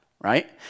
right